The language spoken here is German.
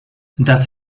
das